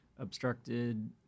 obstructed